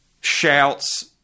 shouts